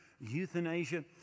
euthanasia